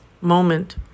moment